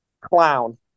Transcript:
Clown